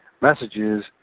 messages